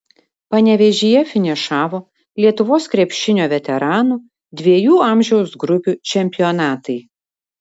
panevėžyje finišavo lietuvos krepšinio veteranų dviejų amžiaus grupių čempionatai